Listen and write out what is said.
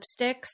lipsticks